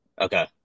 Okay